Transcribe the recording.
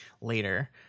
later